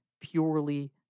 purely